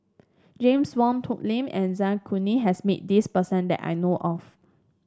James Wong Tuck Yim and Zai Kuning has met this person that I know of